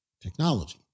Technology